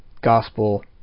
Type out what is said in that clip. gospel